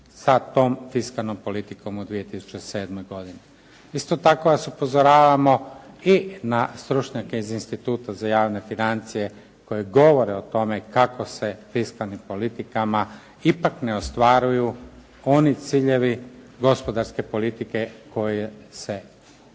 sa tom fiskalnom politikom u 2007. godini. Isto tako vas upozoravamo i na stručnjake iz Instituta za javne financije koje govore o tome kako se fiskalnim politikama ipak ne ostvaruju oni ciljevi gospodarske politike koje se očekuje.